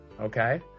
okay